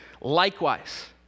Likewise